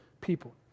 people